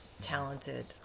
talented